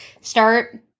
start –